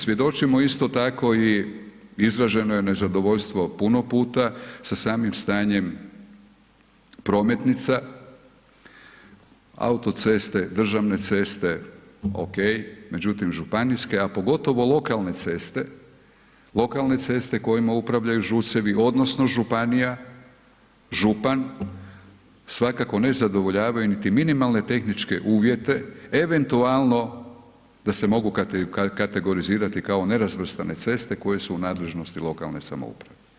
Svjedočimo isto tako i izraženo je nezadovoljstvo puno puta sa samim stanjem prometnica, autoceste, državne ceste, ok, međutim županijske a pogotovo lokalne ceste kojima upravljanu ŽUC-evi odnosno županija, župan, svakako ne zadovoljavaju niti minimalne tehničke uvjete eventualno da se mogu kategorizirati kao nerazvrstane ceste koje su u nadležnosti lokalne samouprave.